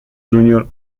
junior